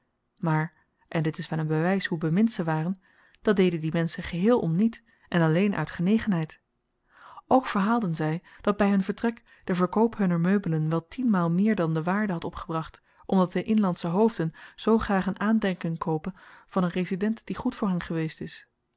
onderhoud maar en dit is wel een bewys hoe bemind ze waren dat deden die menschen geheel om niet en alleen uit genegenheid ook verhaalden zy dat by hun vertrek de verkoop hunner meubelen wel tienmaal meer dan de waarde had opgebracht omdat de inlandsche hoofden zoo graag een aandenken koopen van een resident die goed voor hen geweest is